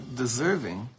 deserving